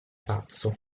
pazzo